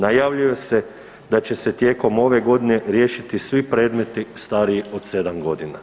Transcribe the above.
Najavljuje se da će se tijekom ove godine riješiti svi predmeti stariji od 7.g.